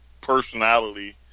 personality